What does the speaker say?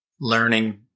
learning